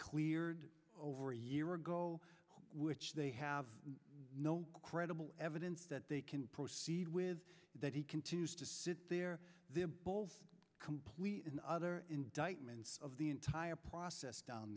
cleared over a year ago which they have no credible evidence that they can proceed with that he continues to sit there complete in other indictments of the entire process down